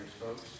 folks